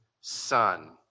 son